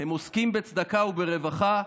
הם עוסקים בצדקה וברווחה.